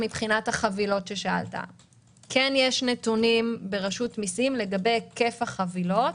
מבחינת החבילות יש נתונים ברשות המסים על היקף החבילות,